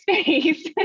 space